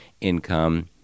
income